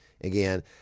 again